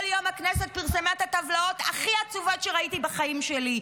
כל יום הכנסת פרסמה את הטבלאות הכי עצובות שראיתי בחיים שלי,